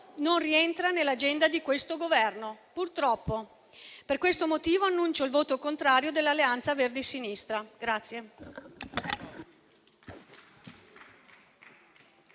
non rientra nell'agenda del Governo. E ripeto purtroppo. Per questo motivo, annuncio il voto contrario dell'Alleanza Verdi e Sinistra.